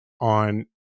on